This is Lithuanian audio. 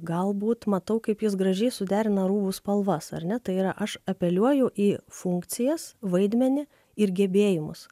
galbūt matau kaip jis gražiai suderina rūbų spalvas ar ne tai yra aš apeliuoju į funkcijas vaidmenį ir gebėjimus